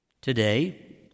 Today